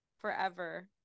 Forever